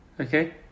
okay